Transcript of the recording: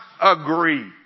agree